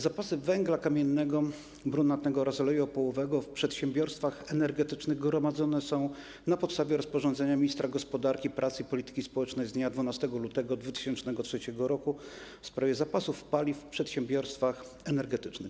Zapasy węgla kamiennego, brunatnego oraz oleju opałowego w przedsiębiorstwach energetycznych gromadzone są na podstawie rozporządzenia ministra gospodarki, pracy i polityki społecznej z dnia 12 lutego 2003 r. w sprawie zapasów paliw w przedsiębiorstwach energetycznych.